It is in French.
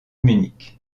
munich